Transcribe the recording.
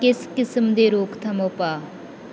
ਕਿਸ ਕਿਸਮ ਦੇ ਰੋਕਥਾਮ ਉਪਾਅ